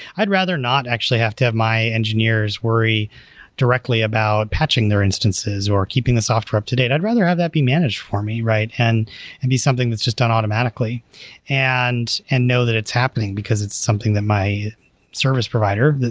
i'd rather not actually have to have my engineers worry directly about catching their instances or keeping the software up to date. i'd rather have that be managed for me and and be something that's just done automatically and and know that it's happening, because it's something that my service provider,